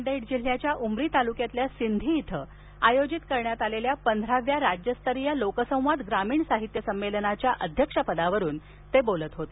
नांदेड जिल्ह्याच्या उमरी तालुक्यातील सिंधी या गावी आयोजित पंधराव्या राज्यस्तरीय लोकसंवाद ग्रामीण साहित्य संमेलनाच्या अध्यक्षपदावरून ते बोलत होते